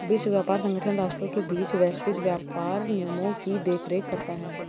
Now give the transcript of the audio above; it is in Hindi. विश्व व्यापार संगठन राष्ट्रों के बीच वैश्विक व्यापार नियमों की देखरेख करता है